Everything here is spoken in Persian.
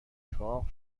چاق